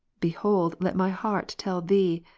behold let my heart tell thee,